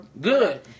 Good